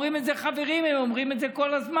אומרים את זה חברים, הם אומרים את זה כל הזמן.